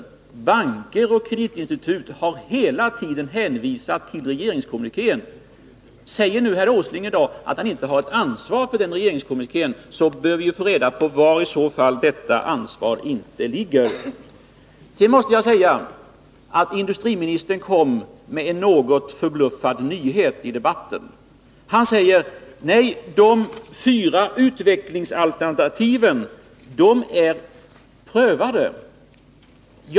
Banker och kreditinstitut har hela tiden hänvisat till denna regeringskommuniké. Om herr Åsling i dag säger att han inte har ansvaret för den, så bör vi få reda på var detta ansvar i så fall ligger. Sedan kom industriministern i debatten med en något förbluffande nyhet: De fyra utvecklingsalternativen är prövade.